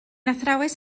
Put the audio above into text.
athrawes